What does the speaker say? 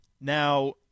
Now